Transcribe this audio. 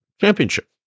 Championship